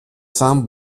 cents